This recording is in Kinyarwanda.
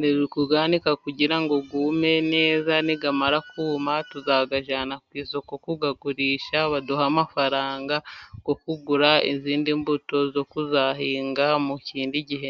Turi kuyanika kugira ngo yume neza, namara kuma tuzayajyana ku iso kuyugurisha, baduha amafaranga yo kugura izindi mbuto zo kuzahinga mu kindi gihe.